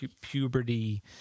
puberty